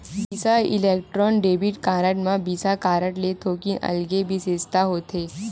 बिसा Electron debit card म Visa card ले थोकिन अलगे बिसेसता होथे